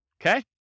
Okay